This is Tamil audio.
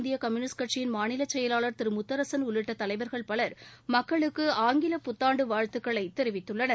இந்திய கம்யுனிஸ்ட் மாநில செயலாளா் திரு முத்தரசன் உள்ளிட் தலைவர்கள் பலர் மக்களுக்கு ஆங்கில புத்தாண்டு வாழ்த்துக்களைத் தெரிவித்துள்ளனர்